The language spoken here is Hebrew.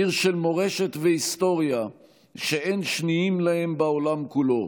עיר של מורשת והיסטוריה שאין שנייה להן בעולם כולו,